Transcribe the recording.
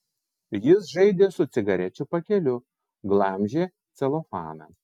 jis žaidė su cigarečių pakeliu glamžė celofaną